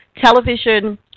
television